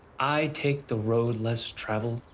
i take the road less traveled.